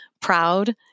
proud